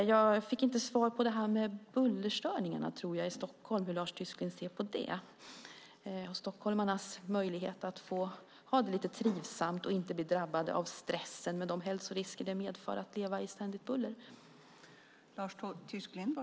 Jag fick nog inget svar om hur Lars Tysklind ser på bullerstörningarna i Stockholm, på stockholmarnas möjligheter att få ha det lite trivsamt och slippa drabbas av stress och de hälsorisker som ett liv med ständigt buller medför.